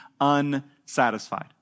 unsatisfied